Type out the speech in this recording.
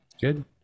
good